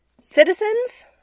Citizens